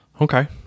Okay